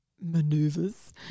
Maneuvers